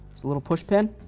it's a little push pin.